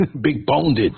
Big-boned